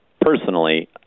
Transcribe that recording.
personally –